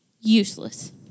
useless